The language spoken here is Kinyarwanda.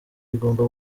bigomba